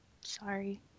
Sorry